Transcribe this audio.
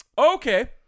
Okay